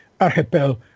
Archipel